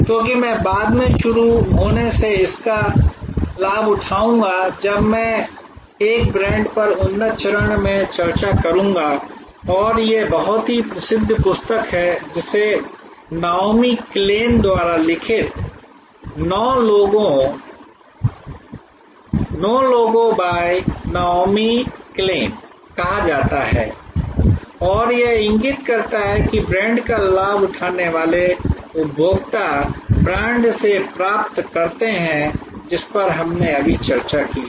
क्योंकि मैं बाद में शुरू होने पर इसका लाभ उठाऊंगा जब मैं एक ब्रांड पर उन्नत चरण में चर्चा करूँगा और यह एक बहुत ही प्रसिद्ध पुस्तक है जिसे नाओमी किलेन द्वारा लिखित नो लोगो कहा जाता है और यह इंगित करता है कि ब्रांड का लाभ उठाने वाले उपभोक्ता ब्रांड से लाभ प्राप्त करते हैं जिस पर हमने अभी चर्चा की है